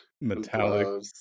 metallic